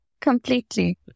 Completely